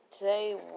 Today